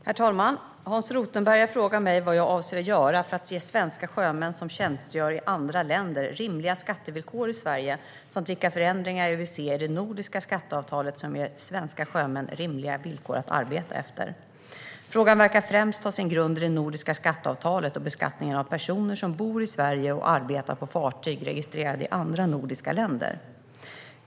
Herr talman! Hans Rothenberg har frågat mig vad jag avser att göra för att ge svenska sjömän som tjänstgör i andra länder rimliga skattevillkor i Sverige samt vilka förändringar jag vill se i det nordiska skatteavtalet som ger svenska sjömän rimliga villkor att arbeta efter. Frågan verkar främst ha sin grund i det nordiska skatteavtalet och beskattningen av personer som bor i Sverige och arbetar på fartyg registrerade i andra nordiska länder.